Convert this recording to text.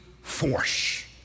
force